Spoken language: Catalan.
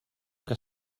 que